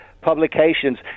publications